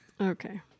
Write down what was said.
Okay